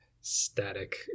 static